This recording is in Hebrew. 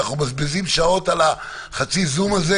אנחנו מבזבזים שעות על החצי זום הזה